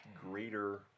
greater